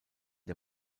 der